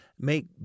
make